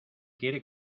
quiere